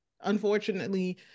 unfortunately